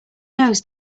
nose